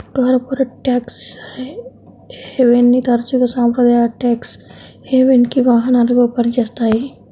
corporate tax హెవెన్ని తరచుగా సాంప్రదాయ ట్యేక్స్ హెవెన్కి వాహనాలుగా పనిచేస్తాయి